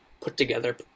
put-together